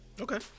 Okay